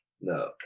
No